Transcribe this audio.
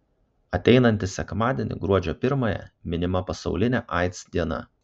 ateinantį sekmadienį gruodžio pirmąją minima pasaulinė aids diena